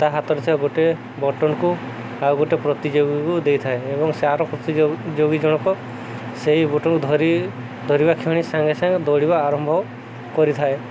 ତା' ହାତରେ ଥିବା ଗୋଟେ ବଟନକୁ ଆଉ ଗୋଟେ ପ୍ରତିଯୋଗୀକୁ ଦେଇଥାଏ ଏବଂ ସେ ଆର ପ୍ରତିଯୋଗୀ ଜଣକ ସେଇ ବଟନକୁ ଧରି ଧରିବା କ୍ଷଣି ସାଙ୍ଗେ ସାଙ୍ଗେ ଦୌଡ଼ିବା ଆରମ୍ଭ କରିଥାଏ